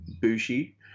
Bushi